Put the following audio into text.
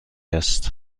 است